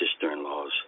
sister-in-law's